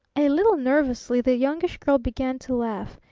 a little nervously the youngish girl began to laugh.